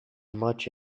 much